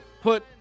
put